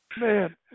Man